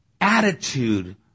attitude